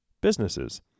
businesses